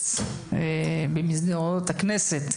התרוצץ במסדרונות הכנסת,